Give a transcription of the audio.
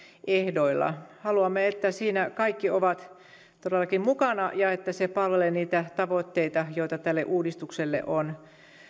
ehdoilla haluamme että siinä kaikki ovat todellakin mukana ja että se palvelee niitä tavoitteita joita tälle uudistukselle on